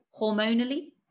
hormonally